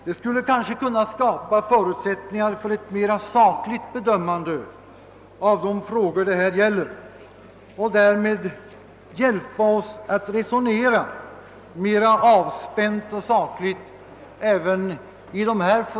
Det skulle kanske kunna skapa förutsättningar för ett mera sakligt bedömande av hithörande frågor och därmed hjälpa oss att resonera mera avspänt och sakligt även på detta område.